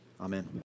Amen